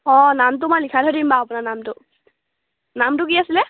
অঁ নামটো মই লিখাই থৈ দিম বাৰু আপোনাৰ নামটো নামটো কি আছিলে